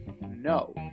No